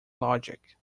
logic